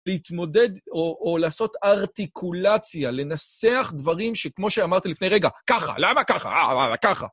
להתמודד או לעשות ארטיקולציה, לנסח דברים שכמו שאמרת לפני רגע, ככה, למה ככה?